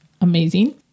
amazing